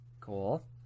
Cool